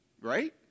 Right